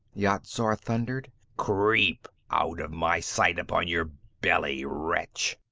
yat-zar thundered. creep out of my sight upon your belly, wretch!